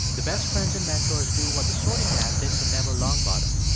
the best friends and mentors do what the sorting hat did for neville longbottom.